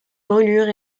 brûlures